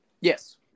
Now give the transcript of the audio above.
Yes